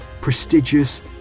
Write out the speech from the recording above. prestigious